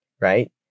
right